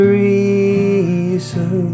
reason